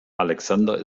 alexander